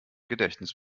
gedächtnis